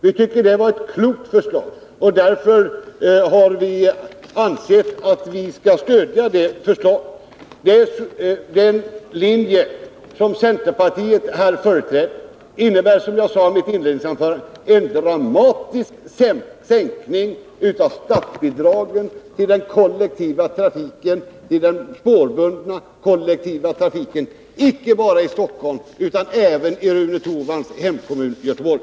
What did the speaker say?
Vi tycker att det var ett klokt förslag, som vi har ansett oss kunna stödja. Den linje som centerpartiet här företräder innebär en dramatisk sänkning av statsbidragen till den spårbundna kollektivtrafiken, inte bara i Stockholm utan även i Rune Torwalds hemkommun Göteborg.